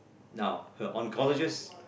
now her on colleges